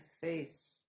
face